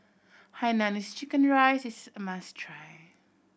hainanese chicken rice is a must try